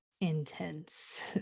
intense